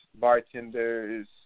bartenders